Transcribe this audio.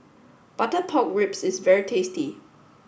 Butter Pork Ribs is very tasty